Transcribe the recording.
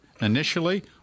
initially